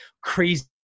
crazy